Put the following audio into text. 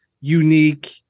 unique